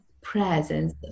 presence